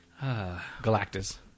Galactus